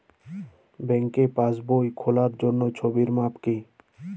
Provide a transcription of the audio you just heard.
ব্যাঙ্কে পাসবই খোলার জন্য ছবির মাপ কী?